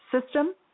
system